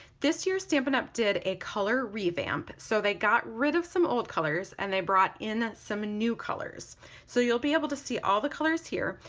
this year stampin' up! did a color revamp so they got rid of some old colors and they brought in some new colors so you'll be able to see all the colors here.